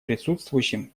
присутствующим